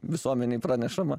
visuomenei pranešama